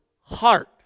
heart